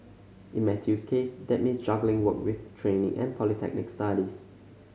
in Matthew's case that means juggling work with training and polytechnic studies